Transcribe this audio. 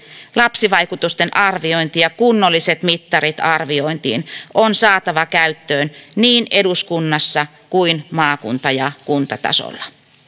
lapsivaikutusten arviointi ja kunnolliset mittarit arviointiin on saatava käyttöön niin eduskunnassa kuin maakunta